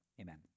Amen